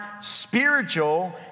spiritual